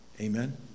Amen